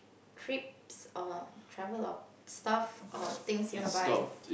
trips or travel or stuff or things you wanna buy